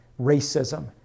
racism